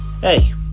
Hey